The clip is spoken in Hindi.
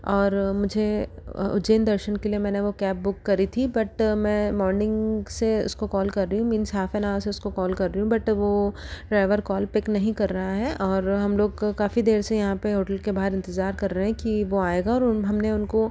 और मुझे उज्जैन दर्शन के लिए मैंने वो कैब बुक करी थी बट मैं मॉर्निंग से उसको कॉल कर रही हूँ मीन्स हाफ एन ऑवर से उसको कॉल कर रही हूँ बट वो ड्राइवर कॉल पिक नहीं कर रहा है और हम लोग काफी देर से यहाँ पर होटल के बाहर इंतजार कर रहे हैं कि वो आएगा और हमने उनको